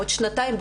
בעוד שנתיים,